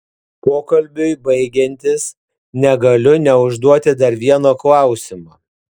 pokalbiui baigiantis negaliu neužduoti dar vieno klausimo